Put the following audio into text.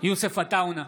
יוסף עטאונה,